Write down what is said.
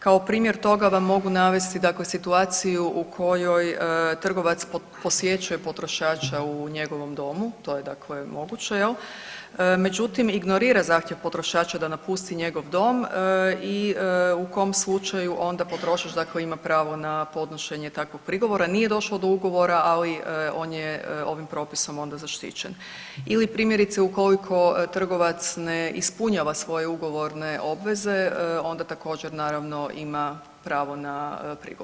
Kao primjer toga vam mogu navesti situaciju u kojoj trgovac posjećuje potrošača u njegovom domu, to je moguće jel, međutim ignorira zahtjev potrošača da napusti njegov dom i u kom slučaju onda potrošač ima pravo na podnošenje takvog prigovora, nije došlo do ugovora, ali on je ovim propisom onda zaštićen, ili primjerice ukoliko trgovac ne ispunjava svoje ugovorne obveze onda također naravno ima pravo na prigovor.